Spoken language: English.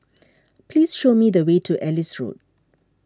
please show me the way to Ellis Road